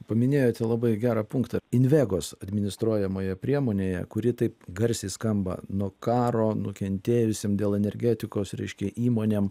paminėjote labai gerą punktą invegos administruojamoje priemonėje kuri taip garsiai skamba nuo karo nukentėjusiem dėl energetikos reiškia įmonėm